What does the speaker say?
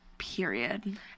Period